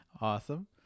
Awesome